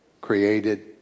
created